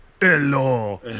Hello